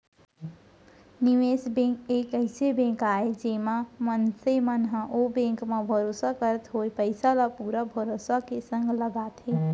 निवेस बेंक एक अइसन बेंक आय जेमा मनसे मन ह ओ बेंक म भरोसा करत होय पइसा ल पुरा भरोसा के संग लगाथे